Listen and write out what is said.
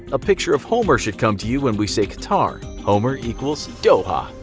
a picture of homer should come to you when we say qatar. homer equals doha.